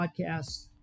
podcast